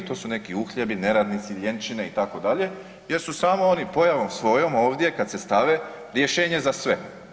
To su neki uhljebi, neradnici, ljenčine, itd., jer su samo oni pojavom svojom ovdje, kad se stave, rješenje za sve.